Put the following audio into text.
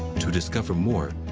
to discover more,